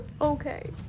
Okay